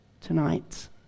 tonight